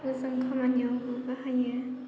मोजां खामानियाव बाहायो